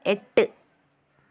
എട്ട്